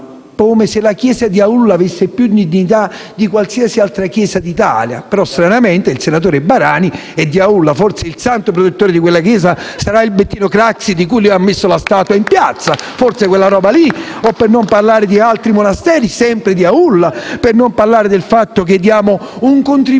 Come se la chiesa di Aulla avesse più dignità di qualsiasi altra chiesa d'Italia. Stranamente, però, il senatore Barani è di Aulla; forse il santo protettore di quella chiesa è il Bettino Craxi di cui lui ha messo la statua in piazza. Forse è quella roba lì. *(Applausi dal Gruppo M5S)*. Per non parlare di altri monasteri, sempre di Aulla. Per non parlare del fatto che diamo un contributo